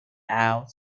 out